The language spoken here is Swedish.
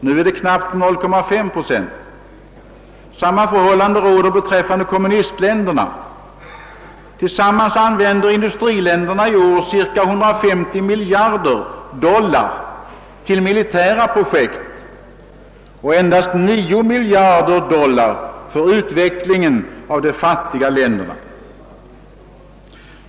Nu är de knappt 0,5 procent därav. Sam ma förhållande råder beträffande kommunistländerna. Tillsammans använder industriländerna i år cirka 150 miljarder dollar till militära projekt och endast 9 miljarder dollar för utvecklingen av de fattiga länderna.